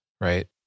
right